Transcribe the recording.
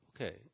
Okay